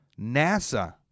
NASA